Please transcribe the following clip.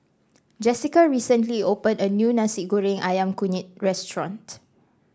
Jessica recently open a new Nasi Goreng ayam kunyit restaurant